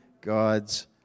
God's